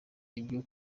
ibyo